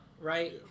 right